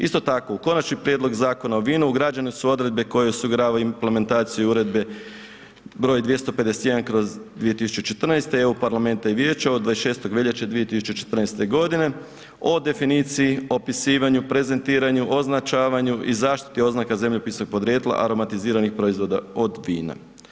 Isto tako, u Konačni prijedlog Zakona o vinu ugrađene su odredbe koje osiguravaju implementaciju Uredbe br. 251/2014 EU parlamenta i vijeća od 26. veljače 2014.g. o definiciji, opisivanju, prezentiranju, označavanju i zaštiti oznaka zemljopisnog podrijetla aromatiziranih proizvoda od vina.